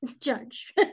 judge